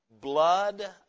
blood